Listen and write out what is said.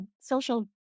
social